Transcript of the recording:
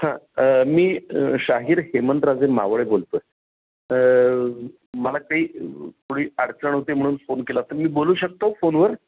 हां मी शाहीर हेमंतराजे मावळे बोलतो आहे मला काही थोडी अडचण होती म्हणून फोन केला तर मी बोलू शकतो फोनवर